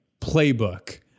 playbook